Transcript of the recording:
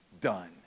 done